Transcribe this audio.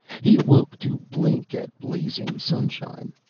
he awoke to blink at blazing sunshine.